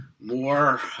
more